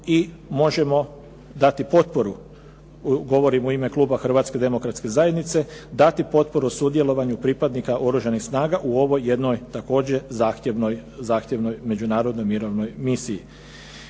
i možemo dati potporu. Govorim u ime kluba Hrvatske demokratske zajednice, dati potporu sudjelovanju pripadnika Oružanih snaga u ovoj jednoj također zahtjevnoj međunarodnoj mirovnoj misiji.